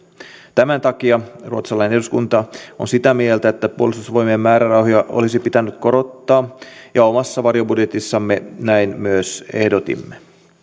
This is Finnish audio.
tämän takia ruotsalainen eduskuntaryhmä on sitä mieltä että puolustusvoimien määrärahoja olisi pitänyt korottaa ja omassa varjobudjetissamme näin myös ehdotimme